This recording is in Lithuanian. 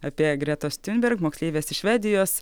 apie gretos tiunberg moksleivės iš švedijos